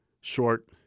short